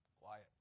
Quiet